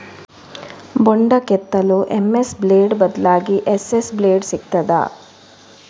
ಬೊಂಡ ಕೆತ್ತಲು M S blade ಬದ್ಲಾಗಿ ಎಸ್.ಎಸ್ ಬ್ಲೇಡ್ ಸಿಕ್ತಾದ?